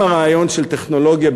עם הרעיון של טכנולוגיה,